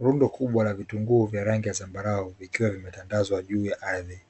Rundo kubwa la vitunguu vya rangi ya zambarau vikiwa vimetandazwa juu ya ardhi,